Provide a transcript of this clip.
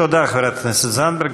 תודה, חברת הכנסת זנדברג.